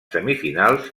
semifinals